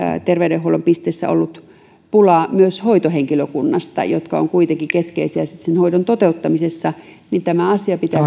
terveydenhuollon pisteessä ollut pula myös hoitohenkilökunnasta joka on kuitenkin keskeinen sen hoidon toteuttamisessa pitää